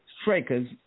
Strikers